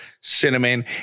cinnamon